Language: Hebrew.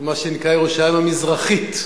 מה שנקרא ירושלים המזרחית,